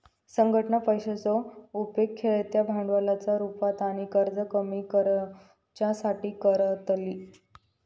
संघटना पैशाचो उपेग खेळत्या भांडवलाच्या रुपात आणि कर्ज कमी करुच्यासाठी करतली